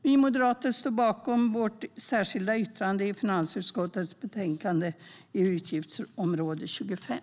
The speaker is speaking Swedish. Vi moderater står bakom vårt särskilda yttrande i finansutskottets betänkande, utgiftsområde 25.